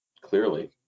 Clearly